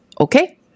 okay